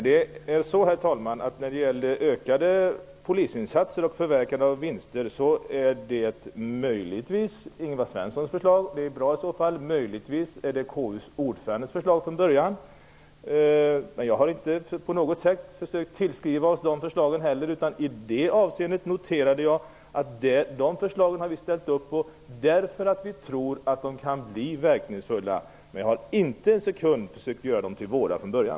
Herr talman! När det gäller ökade polisinsatser och förverkande av vinster är det möjligtvis Ingvar Svenssons förslag. Det är bra i så fall. Möjligtvis är det KU:s ordförandes förslag från början. Jag har inte på något sätt försökt tillskriva oss de förslagen heller. I det avseendet noterade jag att vi har ställt upp på de förslagen därför att vi tror att de kan bli verkningsfulla. Men jag har inte en sekund försökt att göra dem till våra från början.